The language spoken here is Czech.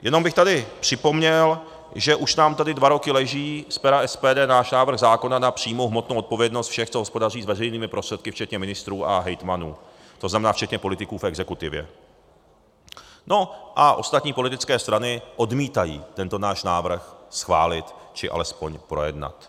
Jenom bych tady připomněl, že už nám tady dva roky leží z pera SPD náš návrh zákona na přímou hmotnou odpovědnost všech, co hospodaří s veřejnými prostředky, včetně ministrů a hejtmanů, to znamená včetně politiků v exekutivě, a ostatní politické strany odmítají tento náš návrh schválit či alespoň projednat.